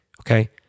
okay